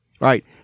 right